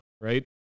right